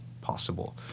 possible